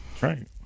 Right